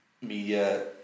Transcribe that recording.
media